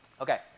Okay